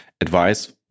advice